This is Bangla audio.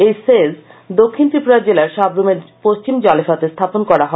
এই সেজ দক্ষিণ ত্রিপুরা জেলার সাক্রমের পশ্চিম জলেফাতে স্থাপন করা হবে